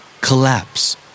Collapse